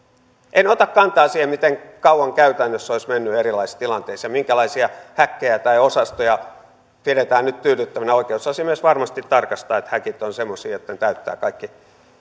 en ota kantaa siihen miten kauan käytännössä olisi mennyt erilaisissa tilanteissa ja minkälaisia häkkejä tai osastoja pidetään nyt tyydyttävinä oikeusasiamies varmasti tarkastaa että häkit ovat semmoisia että ne täyttävät kaikki